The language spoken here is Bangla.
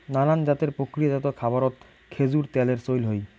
নানান জাতের প্রক্রিয়াজাত খাবারত খেজুর ত্যালের চইল হই